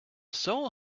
sole